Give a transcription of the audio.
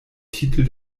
titel